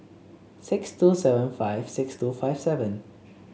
six two seven five six two five seven